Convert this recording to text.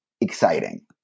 exciting